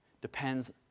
depends